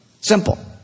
Simple